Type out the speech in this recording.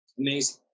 Amazing